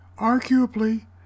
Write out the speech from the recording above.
arguably